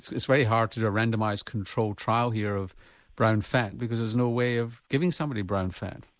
it's very hard to do a randomised control trial here of brown fat because there's no way of giving somebody brown fat?